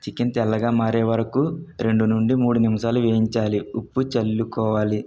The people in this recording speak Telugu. చికెన్ తెల్లగా మారేవరకు రెండు నుండి మూడు నిమిషాలు వేయించాలి ఉప్పు చల్లుకోవాలి